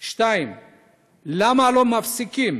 2. למה לא מפסיקים